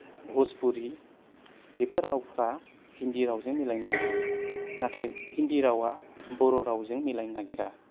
भजपुरि बेफोर रावफ्रा हिन्दी रावजों मिलायनो नागिरो नाथाय हिन्दी रावा बर' रावजों मिलायनो नागिरा